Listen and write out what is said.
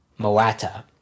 Moata